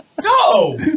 No